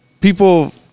People